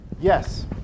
yes